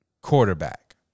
quarterback